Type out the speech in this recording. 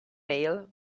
male